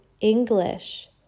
English